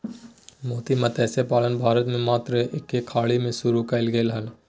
मोती मतस्य पालन भारत में मन्नार के खाड़ी में शुरु कइल गेले हल